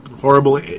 horrible